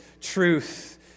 truth